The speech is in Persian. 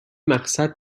مقصد